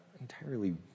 entirely